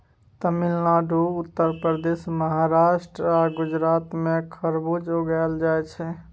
तमिलनाडु, उत्तर प्रदेश, महाराष्ट्र आ गुजरात मे खरबुज उगाएल जाइ छै